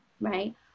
right